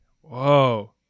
Whoa